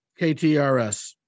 KTRS